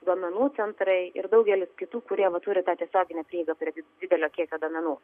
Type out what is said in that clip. duomenų centrai ir daugelis kitų kurie va turi tą tiesioginę prieigą prie didelio kiekio duomenų